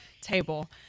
table